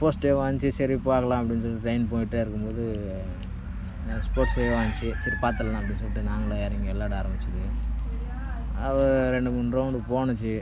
sports day வந்துச்சி சரி பாக்கலாம் அப்படின்னு சொல்லிகிட்டு டிரைன் போயிகிட்டே இருக்கும்போது ஸ்போர்ட்ஸ் டேவும் வந்துச்சி சரி பார்த்துட்லாம் அப்படின்னு சொல்லிகிட்டு நாங்களும் இறங்கி விளையாட ஆரம்பித்தது அவை ரெண்டு மூணு ரவுண்ட் போச்சி